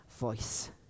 voice